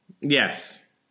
yes